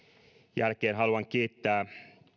jälkeen haluan kiittää